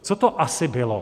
Co to asi bylo?